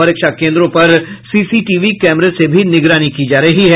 परीक्षा केन्द्रों पर सीसीटीवी कैमरे से भी निगरानी की जा रही है